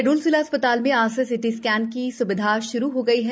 शहडोल जिला चिकित्सालय में आज से सिटी स्कैन की स्विधा श्रू हो गई है